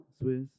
Swiss